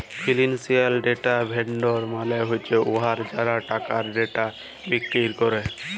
financial data vendor মালে হছে উয়ারা যারা টাকার ডেটা বিক্কিরি ক্যরে